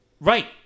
Right